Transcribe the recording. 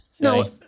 No